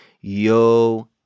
Yo